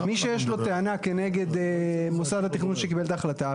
מי שיש לו טענה כנגד מוסד התכנון שקיבל את ההחלטה,